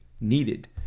needed